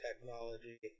technology